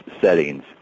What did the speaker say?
settings